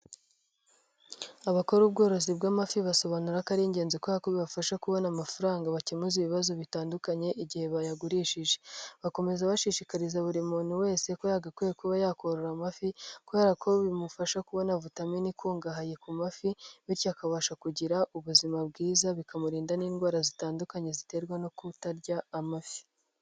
Abakora ubworozi bw'amafi basobanura ko ari ingenzi kuberako bibafasha kubona amafaranga bakemuza ibibazo bitandukanye igihe bayagurishije, bakomeza bashishikariza buri muntu wese ko yagakwiye kuba yakorora amafi kubera ko bimufasha kubona vitamine ikungahaye ku mafi, bityo akabasha kugira ubuzima bwiza bikamurinda n'indwara zitandukanye ziterwa no kutarya amafi.